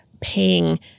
paying